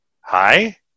hi